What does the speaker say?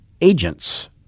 agents